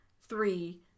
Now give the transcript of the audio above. three